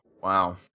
Wow